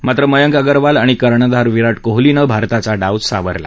मात्र मयंक अगरवाल आणि कर्णधार विराट कोहलीनं भारताचा डाव सावरला